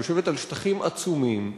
שיושבת על שטחים עצומים.